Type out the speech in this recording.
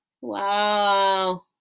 Wow